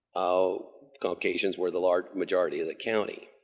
ah caucasians were the large majority of the county.